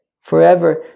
forever